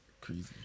crazy